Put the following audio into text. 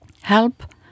help